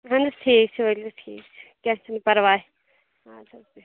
ؤلِو ٹھیٖک چھُ ؤلِو ٹھیٖک چھُ کیٚنٛہہ چھُنہٕ پَرواے اَدٕ حظ بِہِو